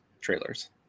trailers